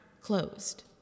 closed